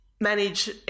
manage